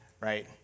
Right